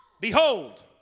Behold